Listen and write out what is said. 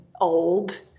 old